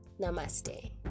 Namaste